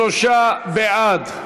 43 בעד.